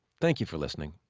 thank you for listening.